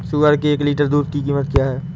सुअर के एक लीटर दूध की कीमत क्या है?